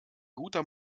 guter